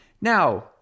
Now